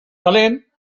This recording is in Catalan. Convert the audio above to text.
calent